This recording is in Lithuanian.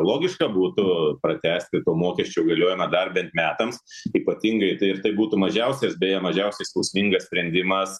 logiška būtų pratęsti to mokesčio galiojimą dar bent metams ypatingai tai ir tai būtų mažiausias beje mažiausiai skausmingas sprendimas